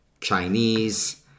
Chinese